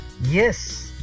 Yes